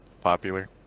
popular